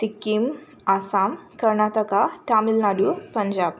Sikkim Assam Karnataka Tamil Nadu Punjab